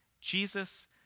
Jesus